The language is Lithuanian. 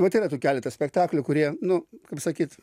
vot yra tų keletas spektaklių kurie nu kaip sakyt